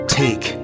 take